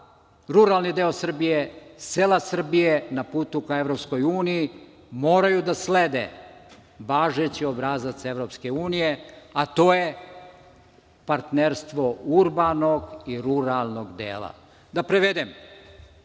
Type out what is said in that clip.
ruralni deo Srbije, sela Srbije na putu ka EU moraju da slede važeći obrazac EU, a to je partnerstvo urbanog i ruralnog dela. Da prevedem,